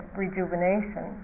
rejuvenation